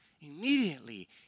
Immediately